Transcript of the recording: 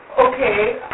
Okay